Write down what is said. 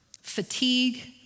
Fatigue